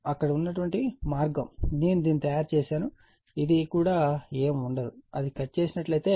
అక్కడ ఉన్న మార్గం నేను దీన్ని తయారు చేసాను ఇది కూడా ఏమీ ఉండదు అది కట్ చేసినట్లయితే